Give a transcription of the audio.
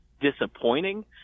disappointing